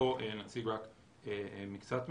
פה נציג רק מקצת מהם.